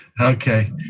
Okay